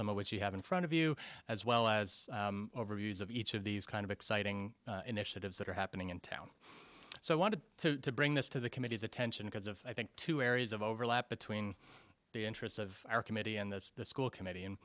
some of which you have in front of you as well as overuse of each of these kind of exciting initiatives that are happening in town so i want to bring this to the committee's attention because of i think two areas of overlap between the interests of our committee and the school committee and